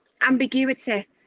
ambiguity